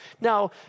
Now